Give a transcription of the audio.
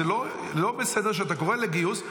זה לא בסדר שאתה קורא לגיוס,